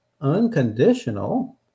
unconditional